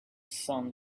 sun